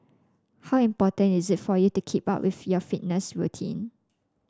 how important is it for you to keep up with your fitness routine